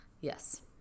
Yes